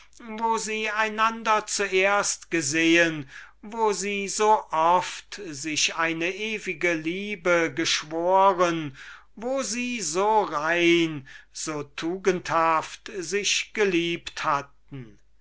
wo sie einander zuerst gesehen wo sie so oft sich eine ewige liebe geschworen wo sie so rein so tugendhaft sich geliebt hatten